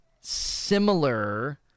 similar